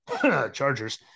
Chargers